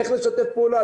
איך לשתף פעולה?